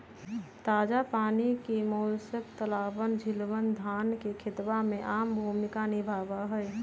ताजा पानी के मोलस्क तालाबअन, झीलवन, धान के खेतवा में आम भूमिका निभावा हई